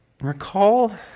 Recall